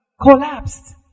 collapsed